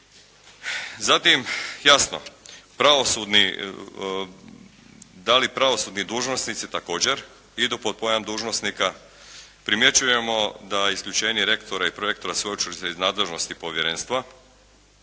pravosudni, da li pravosudni dužnosnici također idu pod pojam dužnosnika. Primjećujemo da isključenje rektora i prorektora sveučilišta iz nadležnosti povjerenstva